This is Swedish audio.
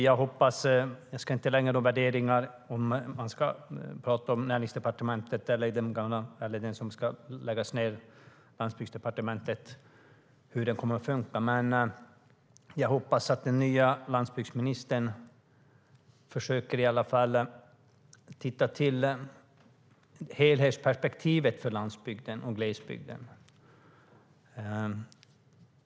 Jag ska inte lägga någon värdering i om man ska tala om Näringsdepartementet eller om det som ska läggas ned, alltså Landsbygdsdepartementet, och hur det kommer att funka, men jag hoppas att den nye landsbygdsministern försöker se till helhetsperspektivet för landsbygden och glesbygden.